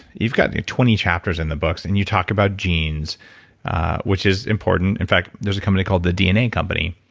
you've got twenty chapters in the book and you talked about genes which is important. in fact, there's a company called the dna company